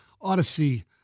Odyssey